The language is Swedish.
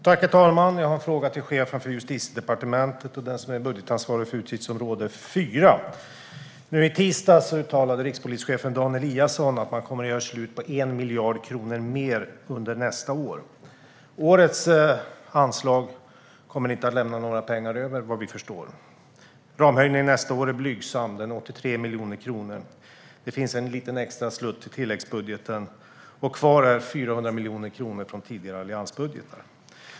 Herr talman! Jag har en fråga till chefen för Justitiedepartementet och den som är budgetansvarig för utgiftsområde 4. Nu i tisdags uttalade rikspolischefen Dan Eliasson att man kommer att göra slut på 1 miljard kronor mer nästa år. Årets anslag kommer inte att lämna några pengar över, vad vi förstår. Ramhöjningen nästa år är blygsam - 83 miljoner kronor. Det finns en liten extra slatt i tilläggsbudgeten, och kvar är 400 miljoner kronor från tidigare alliansbudgetar.